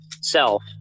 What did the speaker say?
self